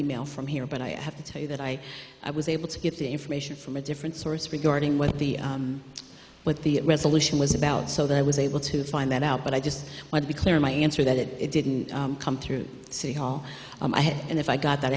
e mail from here but i have to tell you that i i was able to get the information from a different source regarding what the what the resolution was about so that i was able to find that out but i just want to be clear in my answer that it didn't come through city hall i had and if i got that